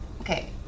Okay